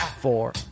four